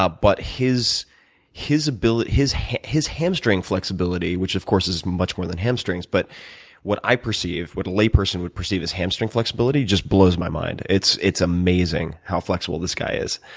ah but his his ability his his hamstring flexibility, which of course is much more than hamstrings, but what i perceive, what a layperson would perceive as hamstring flexibility, just blows my mind. it's it's amazing how flexible this guy is.